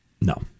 No